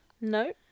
No